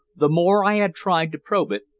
the more i had tried to probe it,